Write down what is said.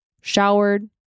showered